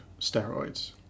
steroids